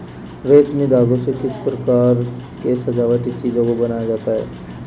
रेशमी धागों से कई प्रकार के सजावटी चीजों को बनाया जाता है